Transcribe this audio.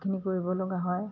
খিনি কৰিবলগা হয়